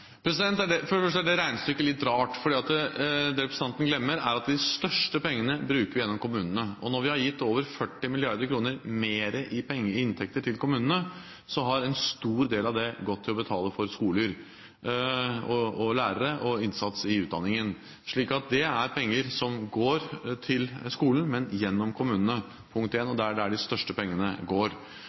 mener er viktig, nemlig ufaglærte leksehjelpere, bananer og timer, med lærere vi ikke har? For det første er det regnestykket litt rart, for det representanten glemmer, er at de største pengene bruker vi gjennom kommunene. Når vi har gitt over 40 mrd. kr mer i inntekter til kommunene, har en stor del av det gått til å betale for skoler, lærere og innsats i utdanningen, slik at punkt 1, det er penger som går til skolen, men gjennom kommunene, og det er der de største pengene går.